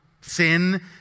Sin